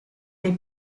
dei